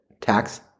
tax